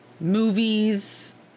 movies